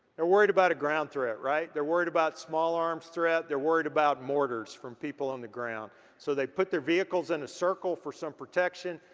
they're worried about a ground threat, right? they're worried about small arms threat. they're worried about mortars from people on the ground so they put their vehicles in a circle for some protection.